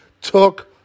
took